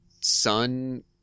son